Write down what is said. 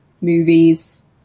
movies